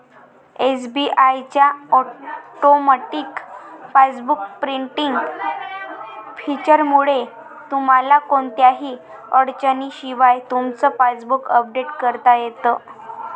SBI च्या automatic passbook printing फीचरमुळे तुम्हाला कोणत्याही अडचणीशिवाय तुमचं पासबुक अपडेट करता येतं